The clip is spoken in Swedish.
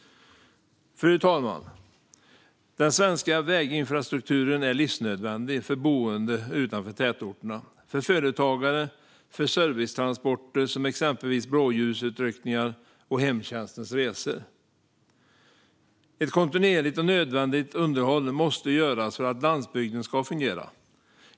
Fru talman! Den svenska väginfrastrukturen är livsnödvändig för boende utanför tätorterna, för företagare och för servicetransporter, exempelvis blåljusutryckningar och hemtjänstens resor. Ett kontinuerligt och nödvändigt underhåll måste göras för att landsbygden ska fungera.